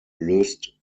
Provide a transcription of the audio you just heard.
löst